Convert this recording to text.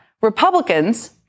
Republicans